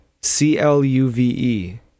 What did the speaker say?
C-L-U-V-E